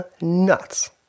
nuts